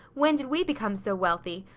when did we become so wealthy?